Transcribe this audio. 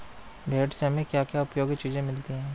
भेड़ से हमें क्या क्या उपयोगी चीजें मिलती हैं?